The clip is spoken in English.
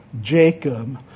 Jacob